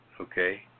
Okay